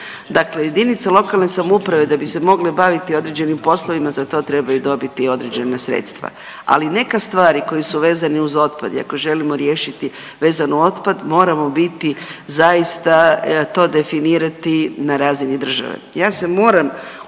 Dakle, jedinice lokalne samouprave da bi se mogle baviti određenim poslovima za to trebaju dobiti i određena sredstva. Ali neke stvari koji su vezani uz otpad i ako želimo riješiti vezano u otpad moramo biti zaista to definirati na razini države. Ja se moram